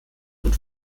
und